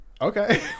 Okay